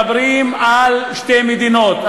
ועוד מדברים על שתי מדינות.